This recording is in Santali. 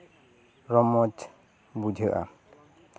ᱨᱚᱢᱚᱡ ᱵᱩᱡᱷᱟᱹᱜᱼᱟ